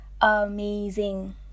amazing